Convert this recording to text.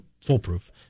foolproof